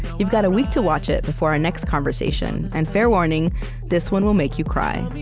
you've got a week to watch it before our next conversation, and fair warning this one will make you cry